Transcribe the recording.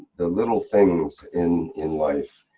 the little things in, in life.